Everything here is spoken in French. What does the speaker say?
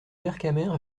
vercamer